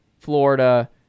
florida